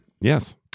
Yes